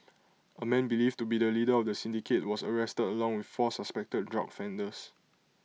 A man believed to be the leader of the syndicate was arrested along with four suspected drug offenders